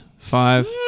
five